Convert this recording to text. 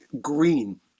green